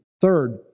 Third